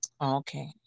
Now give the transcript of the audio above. Okay